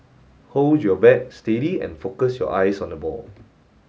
hold your bat steady and focus your eyes on the ball